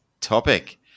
topic